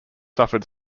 suffered